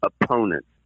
opponents